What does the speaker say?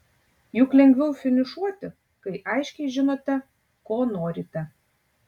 juk lengviau finišuoti kai aiškiai žinote ko norite